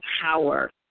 power